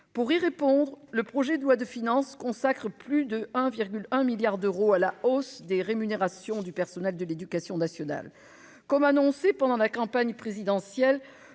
Pour y répondre, le présent projet de loi de finances consacre plus de 1,1 milliard d'euros à la hausse des rémunérations du personnel de l'éducation nationale. En outre, comme cela a été annoncé pendant la campagne présidentielle,